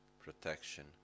Protection